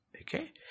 Okay